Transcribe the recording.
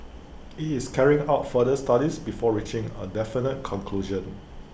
IT is carrying out further studies before reaching A definite conclusion